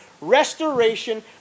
restoration